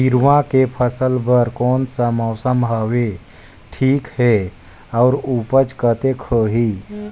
हिरवा के फसल बर कोन सा मौसम हवे ठीक हे अउर ऊपज कतेक होही?